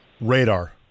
Radar